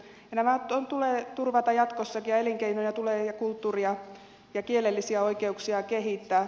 nämä tulee turvata jatkossakin ja elinkeinoja kulttuuria ja kielellisiä oikeuksia tulee kehittää